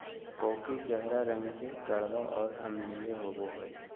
coffee गहरा रंग के कड़वा और अम्लीय होबो हइ